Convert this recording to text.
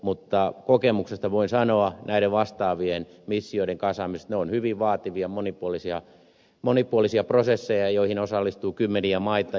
mutta kokemuksesta voin sanoa näiden vastaavien missioiden kasaamisesta että ne ovat hyvin vaativia monipuolisia prosesseja joihin osallistuu kymmeniä maita